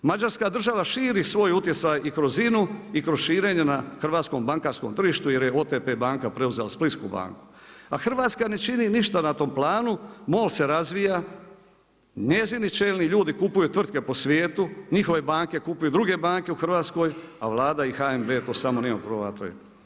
Mađarska država širi svoj utjecaj i kroz INA-u i kroz širenje na hrvatskom bankarskom tržištu jer je OTP banka preuzela Splitsku banku a Hrvatska ne čini ništa na tom platu, … se razvija, njezini čelni ljudi kupuju tvrtke po svijetu, njihove banke kupuju druge banke u Hrvatskoj a Vlada i HNB to samo mirno promatraju.